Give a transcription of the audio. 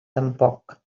tampoc